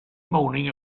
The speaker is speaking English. morning